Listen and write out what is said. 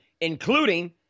including